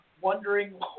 wondering